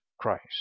Christ